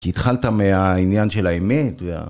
כי התחלת מהעניין של האמת.